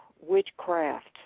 witchcraft